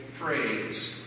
praise